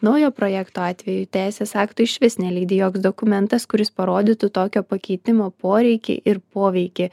naujo projekto atveju teisės akto išvis nelydi joks dokumentas kuris parodytų tokio pakeitimo poreikį ir poveikį